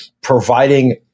providing